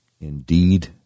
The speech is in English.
Indeed